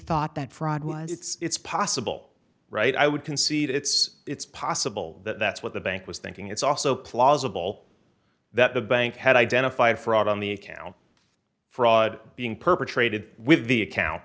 thought that fraud was it's possible right i would concede it's it's possible that that's what the bank was thinking it's also plausible that the bank had identified fraud on the account fraud being perpetrated with the account